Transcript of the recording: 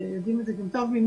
יודעים את זה טוב ממני,